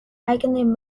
eigenem